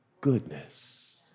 goodness